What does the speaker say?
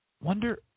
Wonder